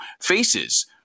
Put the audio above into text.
faces